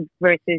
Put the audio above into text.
versus